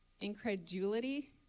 incredulity